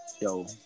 Yo